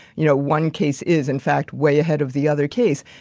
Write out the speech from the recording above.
you know, one case is, in fact, way ahead of the other case,